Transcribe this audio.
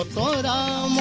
um da da